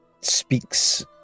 speaks